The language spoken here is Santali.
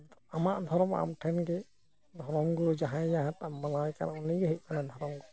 ᱟᱢᱟᱜ ᱫᱷᱚᱨᱚᱢ ᱟᱢ ᱴᱷᱮᱱ ᱜᱮ ᱫᱷᱚᱨᱚᱢ ᱜᱩᱨᱩ ᱡᱟᱦᱟᱸᱭ ᱡᱟᱦᱟᱸ ᱴᱟᱜ ᱮ ᱢᱟᱱᱟᱣᱮ ᱠᱟᱱ ᱩᱱᱤ ᱜᱮᱭ ᱦᱩᱭᱩᱜ ᱠᱟᱱᱟ ᱫᱷᱚᱨᱚᱢ ᱜᱩᱨᱩ